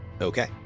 Okay